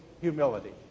Humility